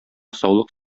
саулык